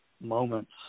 moments